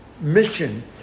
mission